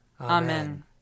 Amen